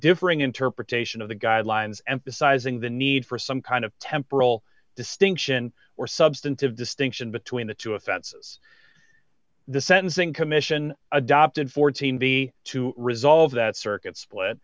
differing interpretation of the guidelines emphasizing the need for some kind of temporal distinction or substantive distinction between the two offenses the sentencing commission adopted fourteen b to resolve that circuit split